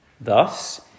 Thus